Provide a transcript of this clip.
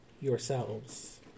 yourselves